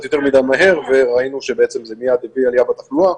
יותר מדי מהר וראינו שזה מיד הביא עלייה בתחלואה.